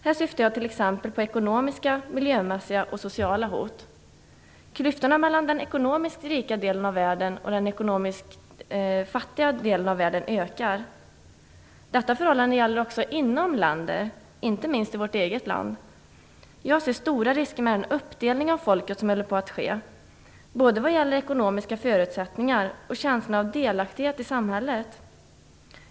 Jag syftar på t.ex. ekonomiska, miljömässiga och sociala hot. Klyftan mellan den ekonomiskt rika delen av världen och den ekonomiskt fattiga ökar. Detta förhållande gäller också inom länder, inte minst inom vårt eget land. Jag ser stora risker med den uppdelning av folket som håller på att ske, både vad gäller ekonomiska förutsättningar och vad gäller känslan av delaktighet i samhället.